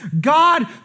God